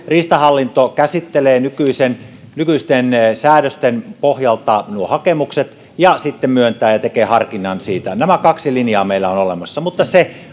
riistahallinto käsittelee nykyisten nykyisten säädösten pohjalta nuo hakemukset ja sitten myöntää ne ja tekee harkinnan siitä nämä kaksi linjaa meillä on olemassa mutta se